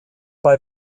bei